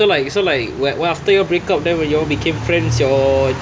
so like so like after your break up then you all became friends or